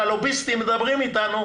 כשהלוביסטים מדברים אתנו,